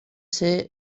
ser